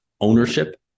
ownership